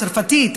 צרפתית,